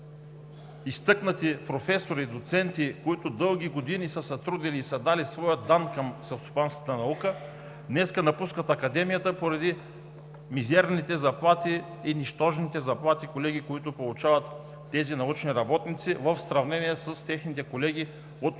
Изтъкнати професори и доценти, които дълги години са се трудили и са дали своя дан към селскостопанската наука, днес напускат Академията поради мизерните заплати, нищожните заплати, колеги, които получават тези научни работници в сравнение с техните колеги от други